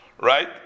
right